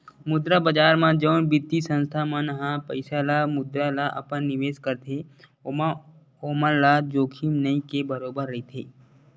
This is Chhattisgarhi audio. मुद्रा बजार म जउन बित्तीय संस्था मन ह पइसा ल मुद्रा ल अपन निवेस करथे ओमा ओमन ल जोखिम नइ के बरोबर रहिथे